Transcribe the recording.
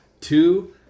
Two